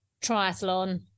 triathlon